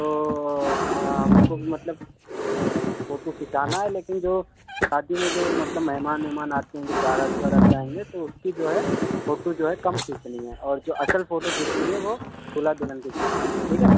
تو ہم کو بھی مطلب فوٹو کھنچانا ہے لیکن جو شادی میں جو مطلب مہمان وہمان آتے ہیں جب باراتی واراتی آئیں گے تو اس کی جو ہے فوٹو جو ہے کم کھینچنی ہے اور جو اصل فوٹو کھینچنی ہے وہ دلہا دلہن کی کھینچنی ہے ٹھیک ہے